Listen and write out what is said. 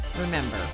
remember